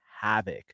havoc